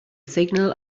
signal